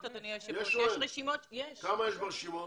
אגב, הח"כים מסכימים.